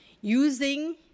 using